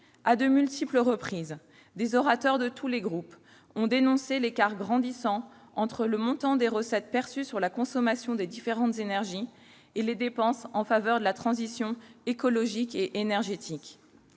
À de multiples reprises, des orateurs de tous les groupes ont dénoncé l'écart grandissant entre, d'une part, le montant des recettes perçues sur la consommation des différentes énergies et, d'autre part, les dépenses en faveur de la transition écologique et énergétique.